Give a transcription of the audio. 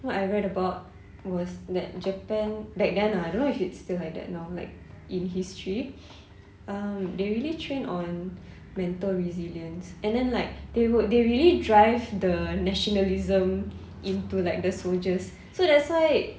what I read about was that japan back then lah don't know if it's still like that now like in history um they really train on mental resilience and then like they would they really drive the nationalism into like the soldiers so that's why